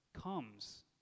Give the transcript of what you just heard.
comes